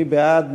מי בעד?